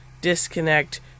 disconnect